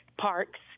parks